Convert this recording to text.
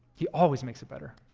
he always makes it better.